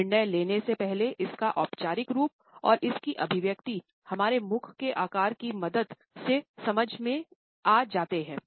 निर्णय लेने से पहले इसका औपचारिक रूप और इसकी अभिव्यक्ति हमारे मुख के आकार की मदद से समझ में आ जाते हैं